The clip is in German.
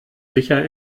sicher